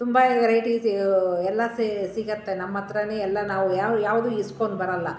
ತುಂಬ ವೆರೈಟೀಸ್ ಎಲ್ಲ ಸೇ ಸಿಗುತ್ತೆ ನಮ್ಮಹತ್ರ ಎಲ್ಲ ನಾವು ಯಾವ ಯಾವುದು ಇಸ್ಕೊಂಬರಲ್ಲ